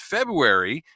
February